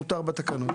מותר בתקנון.